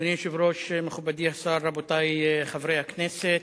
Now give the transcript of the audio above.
אדוני היושב-ראש, מכובדי השר, רבותי חברי הכנסת,